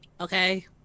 Okay